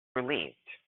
relieved